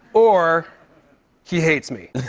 or he hates me.